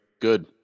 good